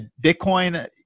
Bitcoin